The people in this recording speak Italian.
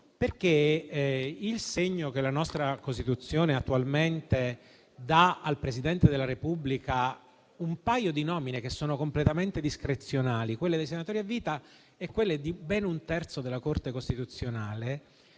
di chi li nomina. La nostra Costituzione attualmente dà al Presidente della Repubblica un paio di nomine che sono completamente discrezionali, quella dei senatori a vita e quella di ben un terzo dei componenti della Corte costituzionale.